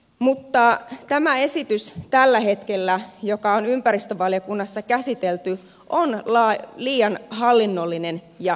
mutta tämä esitys tällä hetkellä joka on ympäristövaliokunnassa käsitelty on liian hallinnollinen ja byrokraattinen